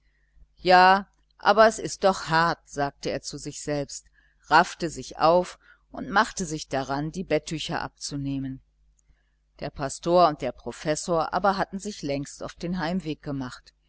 ia aber es ist doch hart sagte er zu sich selbst raffte sich auf und machte sich daran die bettücher abzunehmen der pastor und der professor aber hatten sich längst auf den heimweg gemacht